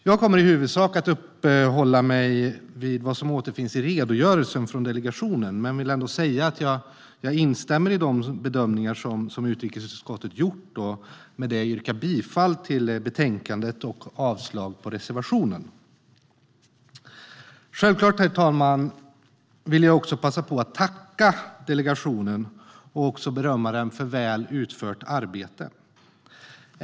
Jag kommer i huvudsak att uppehålla mig vid vad som återfinns i redogörelsen från delegationen men vill ändå säga att jag instämmer i de bedömningar utrikesutskottet gjort. Jag vill därmed yrka bifall till utskottets förslag och avslag på reservationen. Självklart, herr talman, vill jag passa på att tacka delegationen och berömma den för väl utfört arbete.